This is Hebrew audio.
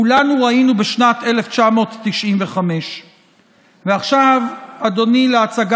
כולנו ראינו בשנת 1995. עכשיו לחוק,